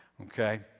okay